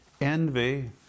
envy